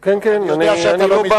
אני לא בא